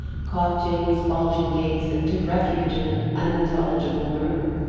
caught janey's bulging gaze, and took refuge in an unintelligible murmur.